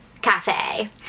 Cafe